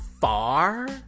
far